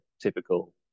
typical